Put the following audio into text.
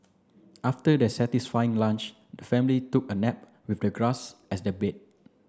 after their satisfying lunch the family took a nap with the grass as their bed